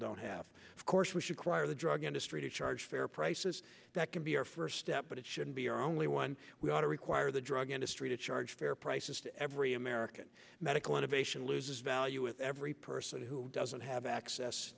don't have of course we should cry or the drug industry to charge fair prices that can be our first step but it shouldn't be our only one we ought to require the drug industry to charge fair prices to every american medical innovation loses value with every person who doesn't have access